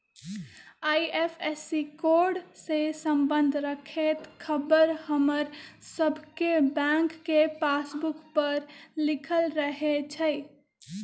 IFSC code से संबंध रखैत ख़बर हमर सभके बैंक के पासबुक पर लिखल रहै छइ